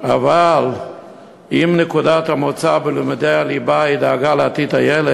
אבל אם נקודת המוצא בלימודי הליבה היא דאגה לעתיד הילד,